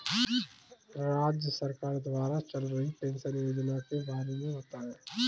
राज्य सरकार द्वारा चल रही पेंशन योजना के बारे में बताएँ?